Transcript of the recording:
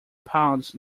pounds